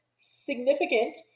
significant